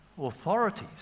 authorities